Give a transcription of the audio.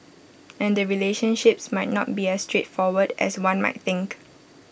and the relationships might not be as straightforward as one might think